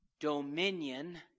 Dominion